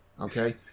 Okay